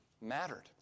mattered